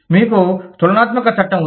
మీకు తులనాత్మక చట్టం ఉంది